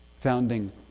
Founding